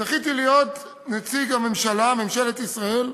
זכיתי להיות נציג הממשלה, ממשלת ישראל,